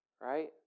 right